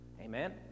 Amen